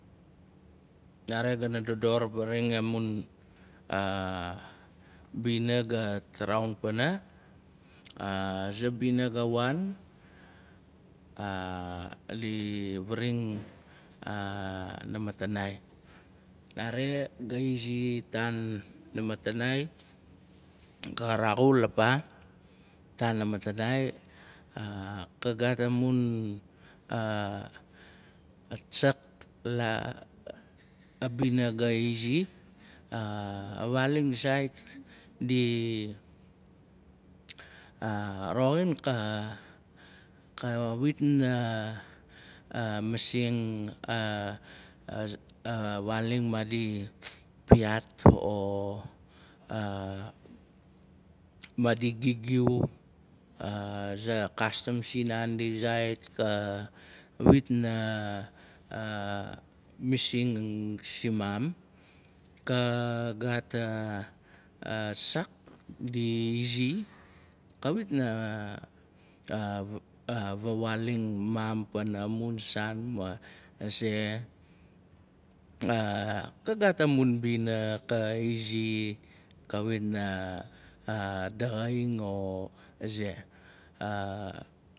Nare gana dodor, faraxaina amun bina gat raun pana. Aza bina ga waan diving namatanai nare, gaizi namatanai, ga raxul apa, ita namatanai ka gat amun atsak, la a bina ga izi, a waaling. Sait di roxin ka- kawit na masing awaaling maadi piaat o maadi gigiu. Aza aslam sun naandi zaait, kawit na masing simam. Ka gaat a sak diizi, kawit na va waaling maam pana mun saan, ma aze. Ka gat amun bina ka izi kawit na daxaing o aze.